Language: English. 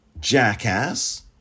jackass